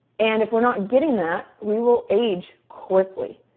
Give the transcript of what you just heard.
and if we are not getting that, we will age quickly.